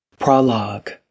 prologue